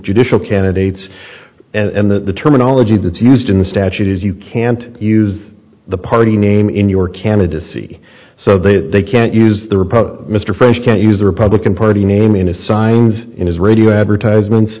judicial candidates and that the terminology that's used in the statute is you can't use the party name in your candidacy so that they can't use the republican mr fresh can use the republican party name in a signs in his radio advertisements